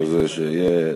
שיהיה לפרוטוקול.